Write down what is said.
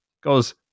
goes